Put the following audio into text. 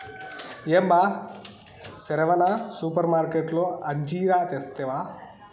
ఏం బా సెరవన సూపర్మార్కట్లో అంజీరా తెస్తివా